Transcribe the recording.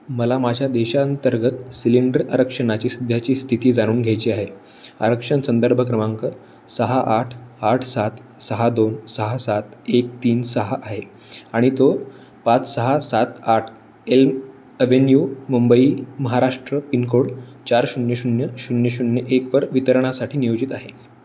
मला माझ्या देशांतर्गत सिलेंडर आरक्षणाची सध्याची स्थिती जाणून घ्यायची आहे आरक्षण संदर्भ क्रमांक सहा आठ आठ सात सहा दोन सहा सात एक तीन सहा आहे आणि तो पाच सहा सात आठ Elm avenue Mumbai Maharashtra pin code चार शून्य शून्य शून्य शून्य एकवर वितरणासाठी नियोजित आहे